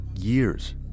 years